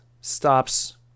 stops